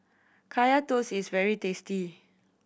Kaya Toast is very tasty